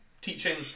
teaching